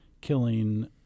killing